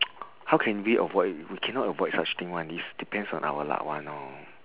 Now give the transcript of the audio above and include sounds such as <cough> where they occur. <noise> how can we avoid we cannot avoid such things one it's depends on our luck one lor